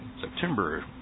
September